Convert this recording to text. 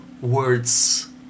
words